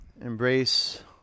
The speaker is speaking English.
Embrace